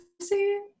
see